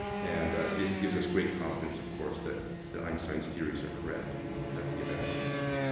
and this gives us great confidence of course that that einstein's theories are correct at the event horizon.